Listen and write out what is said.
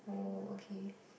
oh okay